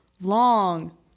long